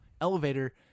elevator